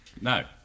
No